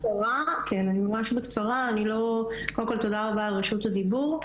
תודה רבה על רשות הדיבור.